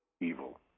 evil